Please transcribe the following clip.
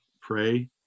pray